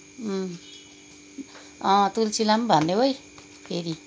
अँ तुलसीलाई नि भन्देऊ है फेरि